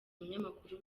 umunyamakuru